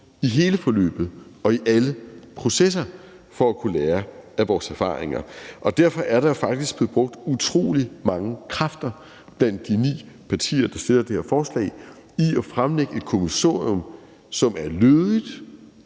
i hele forløbet og i alle processer for at kunne lære af vores erfaringer. Derfor er der faktisk blevet brugt utrolig mange kræfter blandt de ni partier, der har fremsat det her forslag, på at fremlægge et kommissorium, som er lødigt,